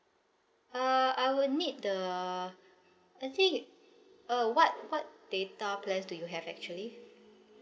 uh I would need the I think uh what what data plans do you have actually